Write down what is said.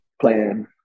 playing